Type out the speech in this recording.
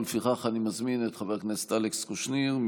לפיכך אני מזמין את חבר הכנסת אלכס קושניר,